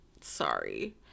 sorry